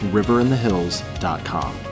riverinthehills.com